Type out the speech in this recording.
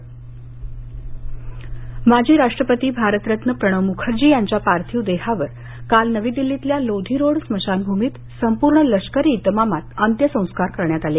प्रणव अंत्यसंस्कार माजी राष्ट्रपती भारतरत्न प्रणव म्खर्जी यांच्या पार्थिव देहावर काल नवी दिल्लीतल्या लोधी रोड स्मशानभूमीत संपूर्ण लष्करी इतमामात अंत्यसंस्कार करण्यात आले